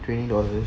twenty dollars